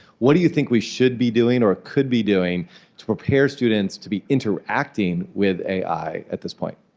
what do you think we should be doing or could be doing to prepare students to be interacting with ai at this point?